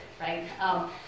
right